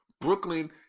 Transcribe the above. Brooklyn